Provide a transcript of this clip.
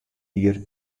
jier